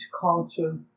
culture